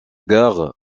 gare